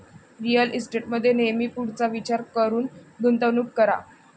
real इस्टेटमध्ये नेहमी पुढचा विचार करून गुंतवणूक करा